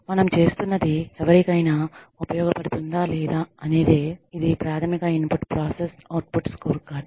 మనం చేస్తున్నది ఎవరికైనా ఉపయోగపడుతుందా లేదా అనేదే ఇది ప్రాథమిక ఇన్పుట్ ప్రాసెస్ అవుట్పుట్ స్కోర్కార్డ్